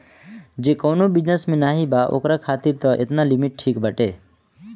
जे कवनो बिजनेस में नाइ बा ओकरा खातिर तअ एतना लिमिट ठीक बाटे